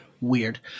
Weird